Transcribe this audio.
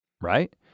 right